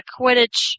Quidditch